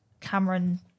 Cameron